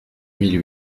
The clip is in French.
mille